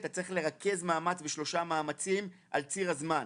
אתה צריך לרכז מאמץ בשלושה מאמצים על ציר הזמן.